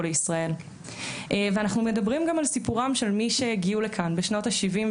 לישראל ואנחנו מדברים גם על סיפורם של מי שהגיעו לכאן בשנות ה-70,